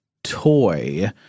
toy